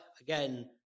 again